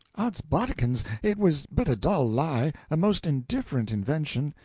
odsbodikins, it was but a dull lie, a most indifferent invention,